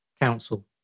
council